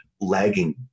lagging